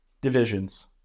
divisions